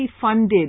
funded